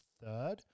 third